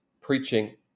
preaching